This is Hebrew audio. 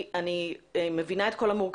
אני מבינה את כל המורכבות